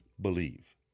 believe